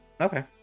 Okay